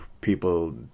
people